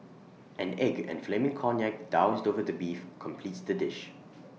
an egg and flaming cognac doused over the beef completes the dish